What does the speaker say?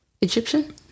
egyptian